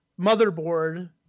motherboard